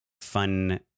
fun